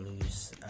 lose